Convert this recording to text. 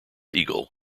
eagle